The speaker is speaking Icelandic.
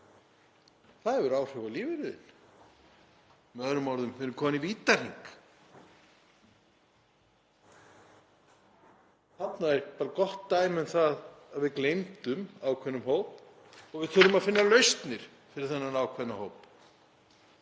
Það hefur áhrif á lífeyrinn þinn. Með öðrum orðum, við erum komin í vítahring. Þarna er bara gott dæmi um það að við gleymdum ákveðnum hóp og við þurfum að finna lausnir fyrir þennan ákveðna hóp.